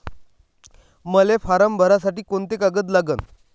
मले फारम भरासाठी कोंते कागद लागन?